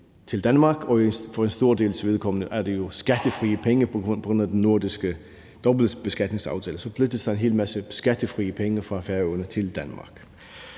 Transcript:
og for en stor dels vedkommende er det jo skattefrie penge på grund af den nordiske dobbeltbeskatningsaftale. Så der flyttes en hel masse skattefri penge fra Færøerne til Danmark.